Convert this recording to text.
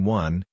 one